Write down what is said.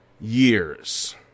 years